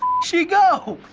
she go?